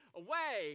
away